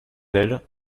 d’elle